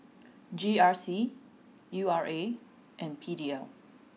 G R C U R A and P D L